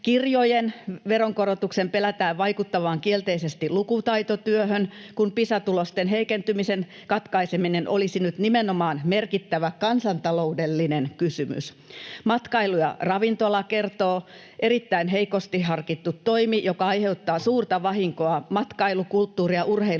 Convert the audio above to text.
Kirjojen veronkorotuksen pelätään vaikuttavan kielteisesti lukutaitotyöhön, kun Pisa-tulosten heikentymisen katkaiseminen olisi nyt nimenomaan merkittävä kansantaloudellinen kysymys. Matkailu- ja ravintola-ala kertoo, että kyseessä on erittäin heikosti harkittu toimi, joka aiheuttaa suurta vahinkoa matkailu-, kulttuuri- ja urheilutoiminnan